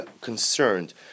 concerned